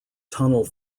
tunnel